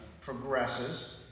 progresses